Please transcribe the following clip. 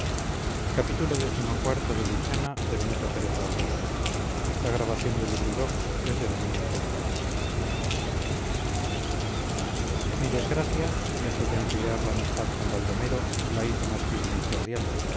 mi desgracia lejos de enfriar la amistad con baldomero la hizo más firme y cordial